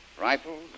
Rifles